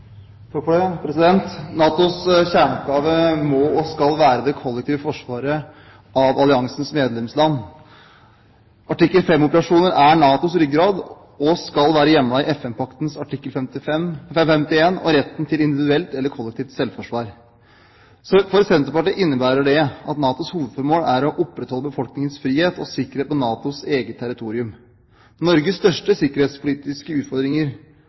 NATOs kjerneoppgave må og skal være det kollektive forsvaret av alliansens medlemsland. Artikkel 5-operasjoner er NATOs ryggrad og skal være hjemlet i FN-paktens artikkel 51 og retten til individuelt eller kollektivt selvforsvar. For Senterpartiet innebærer det at NATOs hovedformål er å opprettholde befolkningens frihet og sikkerhet på NATOs eget territorium. Norges største sikkerhetspolitiske utfordringer